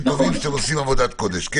שעושים עבודת קודש.